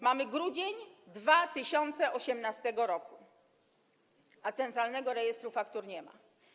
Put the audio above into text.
Mamy grudzień 2018 r., a Centralnego Rejestru Faktur nie ma.